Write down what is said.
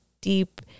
deep